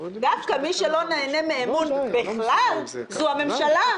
דווקא מי שלא נהנה מאמון בכלל זו הממשלה,